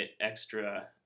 extra